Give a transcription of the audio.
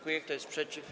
Kto jest przeciw?